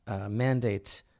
mandate